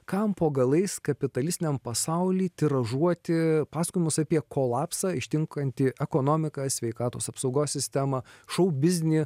kam po galais kapitalistiniam pasauly tiražuoti pasakojimus apie kolapsą ištinkantį ekonomiką sveikatos apsaugos sistemą šou biznį